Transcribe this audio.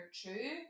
true